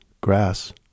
grass